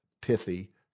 pithy